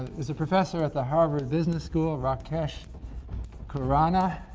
there's a professor at the harvard business school, rakesh khurana